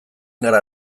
gara